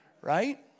Right